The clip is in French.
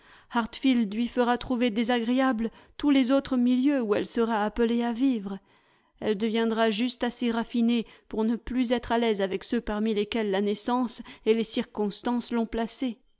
hartfield lui fera trouver désagréables tous les autres milieux où elle sera appelée à vivre elle deviendra juste assez raffinée pour ne plus être à l'aise avec ceux parmi lesquels la naissance et les circonstances l'ont placée